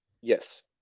Yes